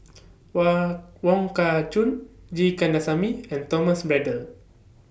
Wong Kah Chun G Kandasamy and Thomas Braddell